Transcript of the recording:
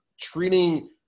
treating